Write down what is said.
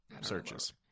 Searches